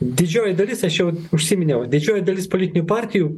didžioji dalis aš jau užsiminiau didžioji dalis politinių partijų